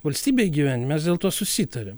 valstybėj gyveni dėl to susitariam